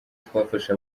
twafashe